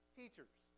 teachers